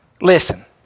Listen